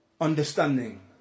understanding